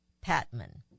Patman